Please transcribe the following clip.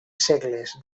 segles